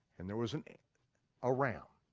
and there was and a ah ram,